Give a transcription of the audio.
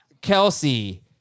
Kelsey